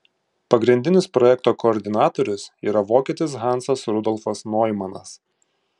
pagrindinis projekto koordinatorius yra vokietis hansas rudolfas noimanas